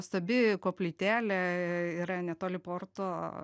nuostabi koplytėlė yra netoli porto